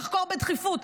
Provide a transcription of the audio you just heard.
ולחקור בדחיפות,